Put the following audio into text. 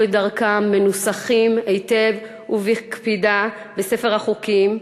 את דרכם מנוסחים היטב ובקפידה בספר החוקים,